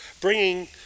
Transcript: bringing